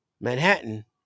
Manhattan